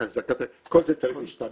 אחזקת רכב וכו', כל זה צריך להשתנות.